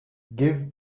give